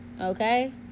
Okay